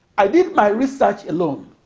i did my research alone,